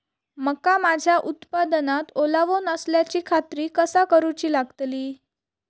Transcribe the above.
मका माझ्या उत्पादनात ओलावो नसल्याची खात्री कसा करुची लागतली?